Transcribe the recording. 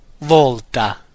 Volta